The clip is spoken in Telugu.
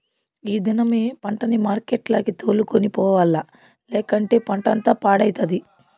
ఈ దినమే పంటని మార్కెట్లకి తోలుకొని పోవాల్ల, లేకంటే పంటంతా పాడైతది